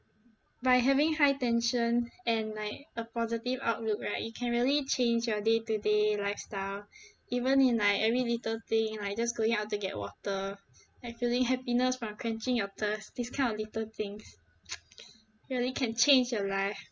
by having high tension and like a positive outlook right it can really change your day to day lifestyle even in like every little thing like just going out to get water and feeling happiness from quenching your thirst this kind of little things really can change your life